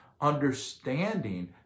understanding